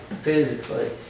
physically